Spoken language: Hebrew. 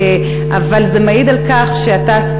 אבל זה מעיד על כך שאתה,